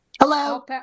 Hello